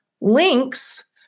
links